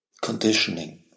conditioning